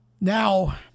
Now